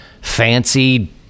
fancy